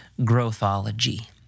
growthology